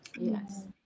yes